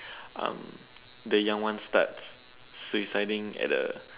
um the young ones starts suiciding at a